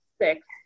six